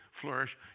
flourish